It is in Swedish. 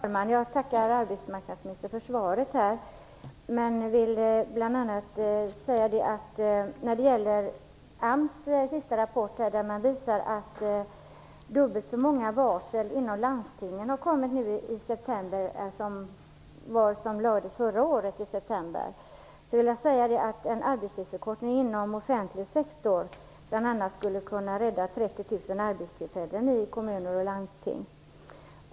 Fru talman! Jag tackar arbetsmarknadsministern för svaret men vill säga att AMS i sin senaste rapport visar att dubbelt så många varsel har lagts ut i landstingen i september i år som i september förra året. En arbetstidsförkortning inom den offentliga sektorn skulle vidare kunna rädda 30 000 arbetstillfällen inom kommuner och landsting.